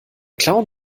clown